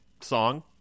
song